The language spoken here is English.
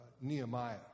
Nehemiah